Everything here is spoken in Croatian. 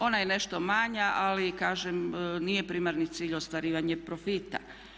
Ona je nešto manja ali kažem nije primarni cilj ostvarivanje profita.